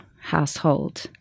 household